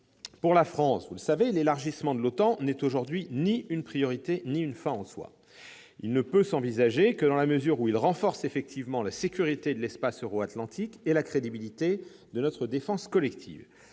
Pour la France, l'élargissement de l'OTAN n'est aujourd'hui ni une priorité ni une fin en soi. Il ne peut s'envisager que dans la mesure où il renforce effectivement la sécurité de l'espace euro-atlantique et la crédibilité de la défense collective.